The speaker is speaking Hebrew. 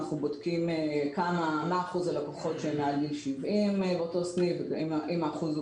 אנחנו בודקים מה אחוז הלקוחות מעל גיל 70 באותו סניף ואם האחוז הוא